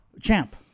Champ